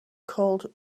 called